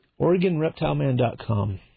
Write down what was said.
OregonReptileMan.com